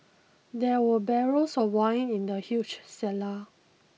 there were barrels of wine in the huge cellar